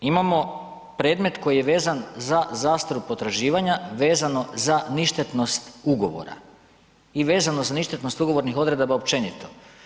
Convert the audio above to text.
Pa tako imamo predmet koji je vezan za zastaru potraživanja vezano za ništetnost ugovora i vezano za ništetnost ugovornih odredaba općenito.